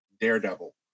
Daredevil